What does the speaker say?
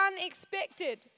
unexpected